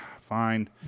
fine